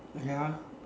ya